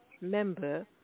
member